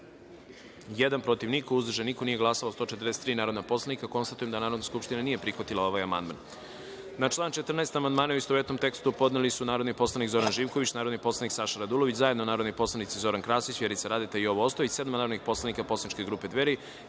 jedan, protiv – niko, uzdržanih – nema, nije glasao 141 narodni poslanik. Konstatujem da Narodna skupština nije prihvatila ovaj amandman. Na član 26. amandmane, u istovetnom tekstu, podneli su narodni poslanik Zoran Živković, narodni poslanik Saša Radulović, zajedno narodni poslanici Zoran Krasić, Vjerica Radeta i Tomislav LJubenović, sedam narodnih poslanik poslaničke grupe Dveri